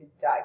die